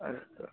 अस्तु